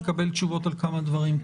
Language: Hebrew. לקבל תשובות על כמה דברים.